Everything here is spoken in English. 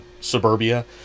Suburbia